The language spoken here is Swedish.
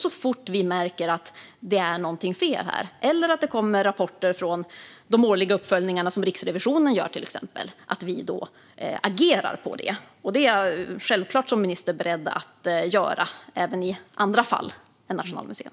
Så snart vi märker att något är fel eller att det till exempel kommer rapporter från de årliga uppföljningar som Riksrevisionen gör måste vi agera. Det är jag som minister självklart beredd att göra, även i andra fall än vad gäller Nationalmuseum.